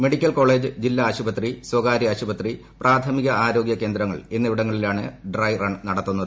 medical college ജില്ലാ ആശുപത്രി സ്വകാര്യ ആശുപത്രി പ്രാഥമിക ആരോഗ്യ കേന്ദ്രങ്ങൾ എന്നിവിടങ്ങളിലാണ് ഡ്രൈ റൺ നടത്തുന്നത്